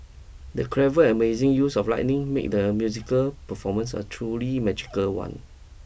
the clever and amazing use of lightning made the musical performance a truly magical one